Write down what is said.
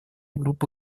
группы